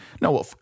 Now